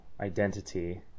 identity